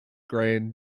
grand